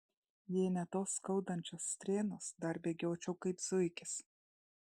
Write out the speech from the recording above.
jei ne tos skaudančios strėnos dar bėgiočiau kaip zuikis